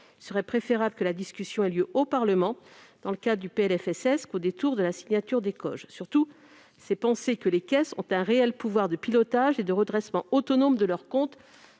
Il serait préférable que la discussion ait lieu au Parlement, dans le cadre du PLFSS, plutôt qu'au détour de la signature des COG ! Surtout, c'est penser que les caisses ont un réel pouvoir de pilotage et de redressement autonome de leurs comptes,